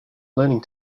learning